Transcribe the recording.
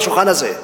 בשולחן הזה,